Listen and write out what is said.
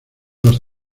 los